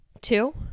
Two